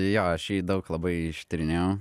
jo aš jį daug labai ištyrinėjau